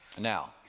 Now